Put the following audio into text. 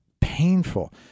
painful